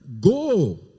go